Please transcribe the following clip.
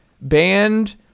banned